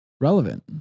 relevant